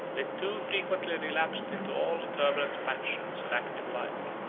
they too frequently relapsed into all the turbulent passions of active life,